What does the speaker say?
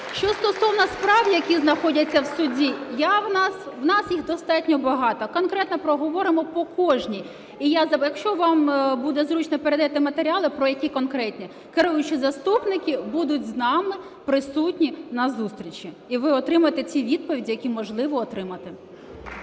Що стосовно справ, які знаходяться в суді, в нас їх достатньо багато, конкретно проговоримо по кожній. Якщо вам буде зручно, передайте матеріали про які конкретні. Керуючі заступники будуть з нами присутні на зустрічі і ви отримаєте ті відповіді, які можливо отримати.